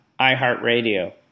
iHeartRadio